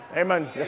Amen